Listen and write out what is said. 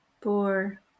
four